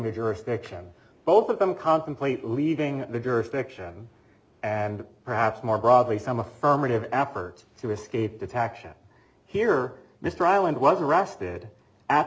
the jurisdiction both of them contemplate leaving the jurisdiction and perhaps more broadly some affirmative appart to escape detection here mr island was arrested at